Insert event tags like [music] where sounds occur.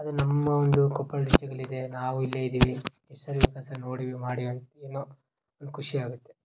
ಅದು ನಮ್ಮ ಒಂದು ಕೊಪ್ಪಳ ಡಿಸ್ಟಿಕಲ್ಲಿ ಇದೆ ನಾವು ಇಲ್ಲೇ ಇದ್ದೀವಿ [unintelligible] ನೋಡೀವಿ ಮಾಡೀವಿ ಏನೋ ಫುಲ್ ಖುಷಿ ಆಗುತ್ತೆ